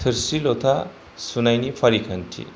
थोरसि लथा सुनायनि फारिखान्थि